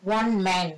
one man